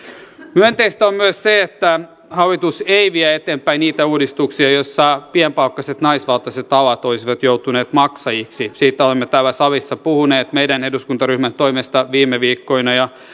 myönteistä on myös se että hallitus ei vie eteenpäin niitä uudistuksia joissa pienipalkkaiset naisvaltaiset alat olisivat joutuneet maksajiksi siitä olemme täällä salissa puhuneet meidän eduskuntaryhmän toimesta viime viikkoina ja